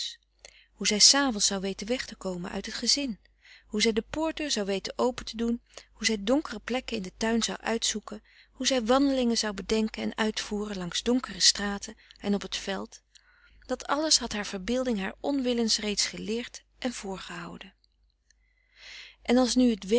hoe zij s avonds zou weten weg te komen uit het gezin hoe zij de poortdeur zou weten open te doen hoe zij donkere plekken in den tuin zou uitzoeken hoe zij wandelingen zou bedenken en uitvoeren langs donkere straten en op t veld dat alles had haar verbeelding haar onwillens reeds geleerd en voorgehouden en als nu